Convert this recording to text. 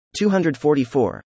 244